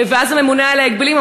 ואז הממונה על ההגבלים,